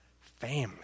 family